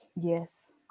Yes